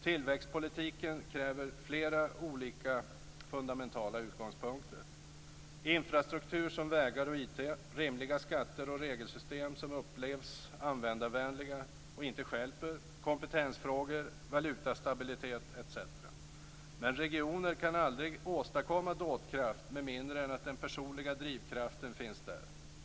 Tillväxtpolitiken kräver flera olika fundamentala utgångspunkter, t.ex. infrastruktur som vägar och IT, rimliga skatter och regelsystem som upplevs som användarvänliga och inte stjälper kompetensfrågor, valutastabilitet osv. Men regioner kan aldrig åstadkomma dådkraft med mindre än att den personliga drivkraften finns där.